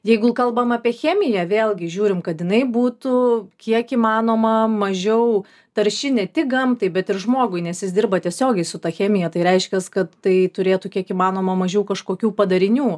jeigu kalbam apie chemiją vėlgi žiūrim kad jinai būtų kiek įmanoma mažiau tarši ne tik gamtai bet ir žmogui nes jis dirba tiesiogiai su ta chemija tai reiškias kad tai turėtų kiek įmanoma mažiau kažkokių padarinių